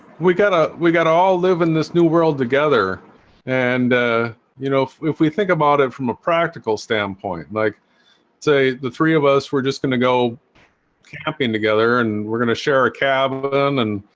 we got a we got to all live in this new world together and you know if we think about it from a practical standpoint like say the three of us, we're just gonna go camping together and we're gonna share a cab then and